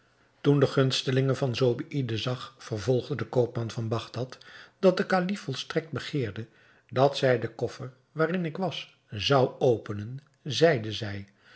toen de gunstelinge van zobeïde zag vervolgde de koopman van bagdad dat de kalif volstrekt begeerde dat zij den koffer waarin ik was zou openen zeide zij